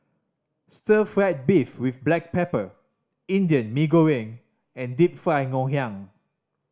stir fried beef with black pepper Indian Mee Goreng and Deep Fried Ngoh Hiang